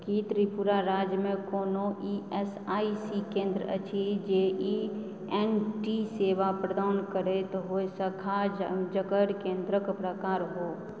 की त्रिपुरा राज्यमे कोनो E S I C केंद्र अछि जे ई एन टी सेवा प्रदान करैत हो शाखा जकर केंद्रक प्रकार हो